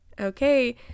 okay